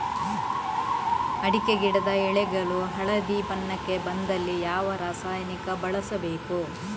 ಅಡಿಕೆ ಗಿಡದ ಎಳೆಗಳು ಹಳದಿ ಬಣ್ಣಕ್ಕೆ ಬಂದಲ್ಲಿ ಯಾವ ರಾಸಾಯನಿಕ ಬಳಸಬೇಕು?